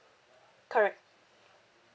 correct